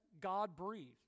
God-breathed